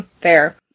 Fair